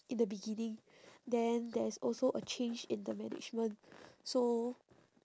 in the beginning then there is also a change in the management so